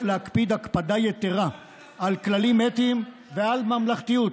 להקפיד הקפדה יתר על כללים אתיים ועל ממלכתיות,